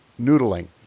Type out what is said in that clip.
noodling